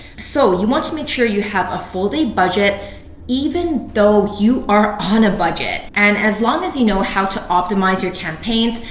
so you want to make sure you have a full day budget even though you are on a budget. and as long as you know how to optimize your campaigns,